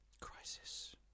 crisis